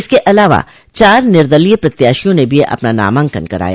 इसके अलावा चार निर्दलीय प्रत्याशियों ने भी अपना नामांकन कराया